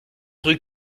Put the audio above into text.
rue